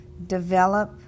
develop